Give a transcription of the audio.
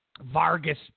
Vargas